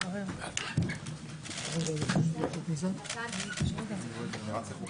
הישיבה ננעלה בשעה 11:41.